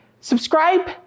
subscribe